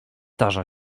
tarza